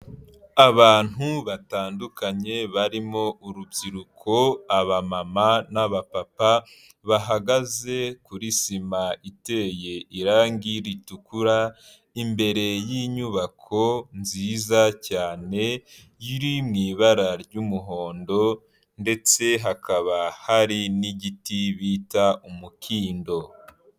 Abantu batandukanye barimo urubyiruko, abamama n'abapapa bahagaze kuri sima iteye irangi ritukura, imbere y'inyubako nziza cyane iri mu ibara ry'umuhondo ndetse hakaba hari n'igiti bita umukindo.